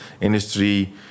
industry